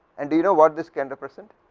and you know what this kind ofpercent,